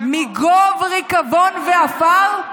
"מגוב ריקבון ועפר",